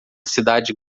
cidade